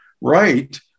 right